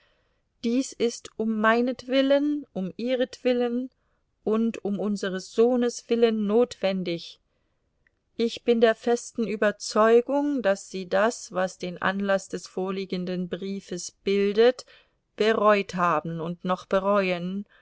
dies ist um meinetwillen um ihretwillen und um unseres sohnes willen notwendig ich bin der festen überzeugung daß sie das was den anlaß des vorliegenden briefes bildet bereut haben und noch bereuen